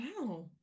wow